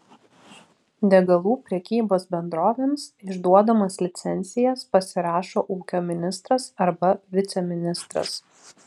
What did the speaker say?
degalų prekybos bendrovėms išduodamas licencijas pasirašo ūkio ministras arba viceministras